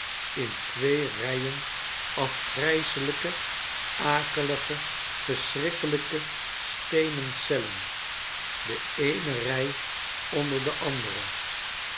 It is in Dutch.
in twee rijen afgrijselijke akelige verschrikkelijke steenen cellen de eene rij onder de andere